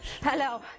Hello